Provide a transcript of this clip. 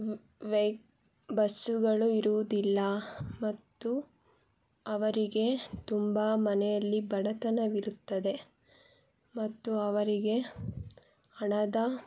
ವೆಹಿ ಬಸ್ಸುಗಳು ಇರುವುದಿಲ್ಲ ಮತ್ತು ಅವರಿಗೆ ತುಂಬ ಮನೆಯಲ್ಲಿ ಬಡತನವಿರುತ್ತದೆ ಮತ್ತು ಅವರಿಗೆ ಹಣದ